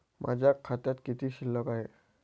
माझ्या खात्यात किती शिल्लक आहे?